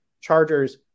chargers